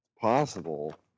Possible